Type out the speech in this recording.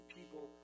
people